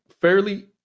fairly